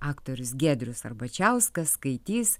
aktorius giedrius arbačiauskas skaitys